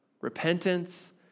repentance